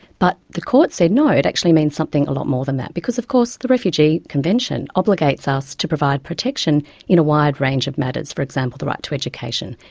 but the court said, no, it actually means something a lot more than that. because, of course, the refugee convention obligates us to provide protection in a wide range of matters, for example, the right to education,